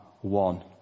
one